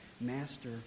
master